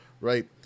right